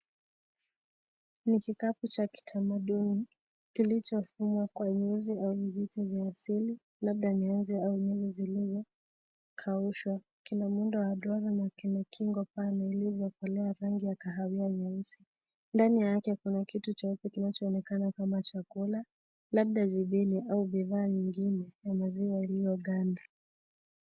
Ni kikapu cha kitamaduni, kilichofungwa kwa nyuzi na vijiti vya asili , labda nyuzi zilizokaushwa . Kina muundo wa dona na kimikingo pale ,iliyokolea rangi ya kahawia nyeusi . Ndani yake, kuna kitu cheupe kinachoonekana kama chakula, labda zivini au vifaa vingine vya maziwa iliyoganda.